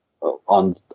on